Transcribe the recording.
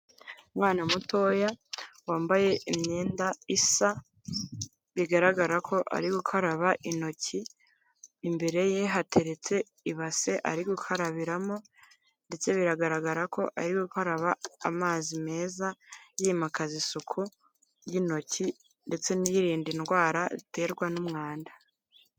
Umwana mutoya wambaye imyenda isa, bigaragara ko ari gukaraba intoki, imbere ye hateretse ibase ari gukarabiramo. ndetse biragaragara ko ari gukaraba amazi meza yimakaza isuku y'intoki ndetse yirinda indwara ziterwa n'umwanda.